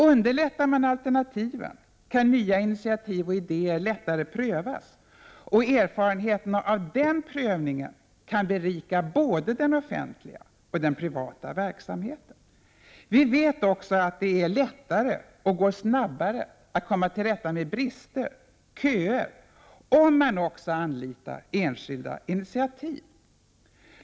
Underlättas alternativen kan nya initiativ och idéer lättare prövas och erfarenheterna av den prövningen berika både den offentliga och den privata verksamheten. Vi vet också att det är lättare och går snabbare att komma till rätta med brister, köer om man också anlitar enskilda initiativ.